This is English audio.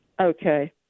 Okay